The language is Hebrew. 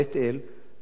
זה כמה בתים.